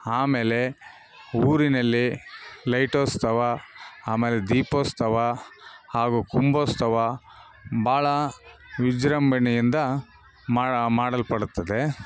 ಆಮೇಲೆ ಊರಿನಲ್ಲಿ ಲೈಟೋತ್ಸವ ಆಮೇಲೆ ದೀಪೋತ್ಸವ ಹಾಗು ಕುಂಭೋತ್ಸವ ಭಾಳ ವಿಜೃಂಭಣೆಯಿಂದ ಮಾಡು ಮಾಡಲ್ಪಡುತ್ತದೆ